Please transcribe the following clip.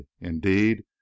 indeed